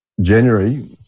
January